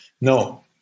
No